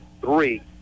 three